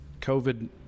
covid